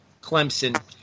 Clemson